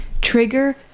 trigger